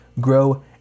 grow